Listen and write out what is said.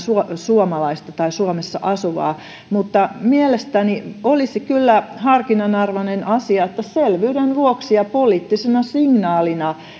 suomalaista tai suomessa asuvaa jotka menevät kiinaan saadakseen siirtoelimen mutta mielestäni olisi kyllä harkinnanarvoinen asia että selvyyden vuoksi ja poliittisena signaalina